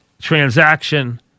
transaction